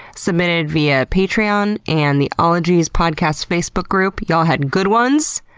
submitted via patreon and the ologies podcast facebook group y'all had good ones.